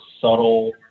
subtle